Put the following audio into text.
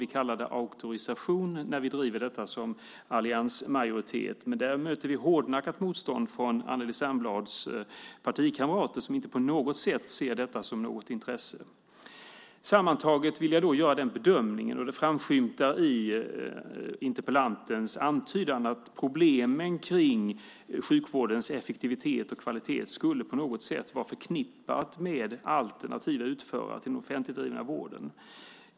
Vi kallar det auktorisation när vi driver detta som alliansmajoritet. Där möter vi hårdnackat motstånd från Anneli Särnblads partikamrater som inte på något sätt ser detta som något intressant. Sammantaget vill jag göra en bedömning av det som framskymtar i interpellantens antydan. Problemen med sjukvårdens effektivitet och kvalitet skulle på något sätt vara förknippat med alternativa utförare till den offentligdrivna vården.